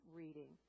reading